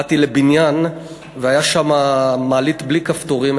באתי לבניין והייתה שם מעלית בלי כפתורים,